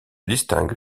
distingue